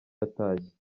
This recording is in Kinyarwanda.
yatashye